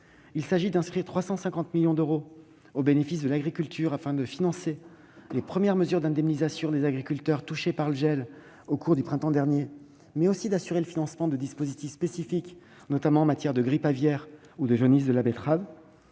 hivernale. En outre, 350 millions d'euros sont inscrits au bénéfice de l'agriculture pour financer les premières mesures d'indemnisation des agriculteurs touchés par le gel au cours du printemps dernier, mais aussi pour assurer le financement de dispositifs spécifiques, notamment en matière de grippe aviaire ou de jaunisse de la betterave.